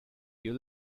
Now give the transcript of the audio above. you